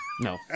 no